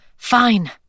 Fine